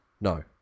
No